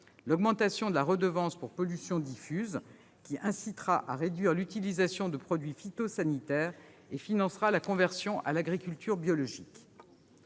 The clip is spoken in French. l'augmentation de la redevance pour pollution diffuse, qui incitera à réduire l'utilisation des produits phytosanitaires et financera la conversion à l'agriculture biologique.